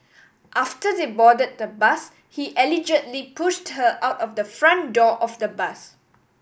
after they boarded the bus he allegedly pushed her out of the front door of the bus